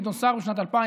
גדעון סער,